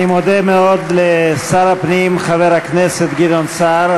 אני מודה לשר הפנים, חבר הכנסת גדעון סער.